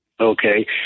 okay